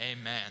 amen